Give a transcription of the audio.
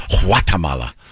Guatemala